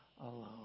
alone